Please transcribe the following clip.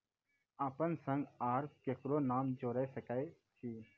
अपन संग आर ककरो नाम जोयर सकैत छी?